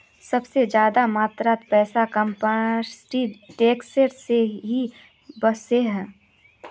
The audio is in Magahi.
सबसे ज्यादा मात्रात पैसा कॉर्पोरेट सेक्टर से ही वोसोह